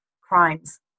crimes